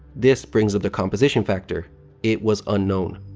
this brings up the composition factor it was unknown.